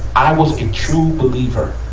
i was a true believer